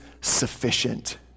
sufficient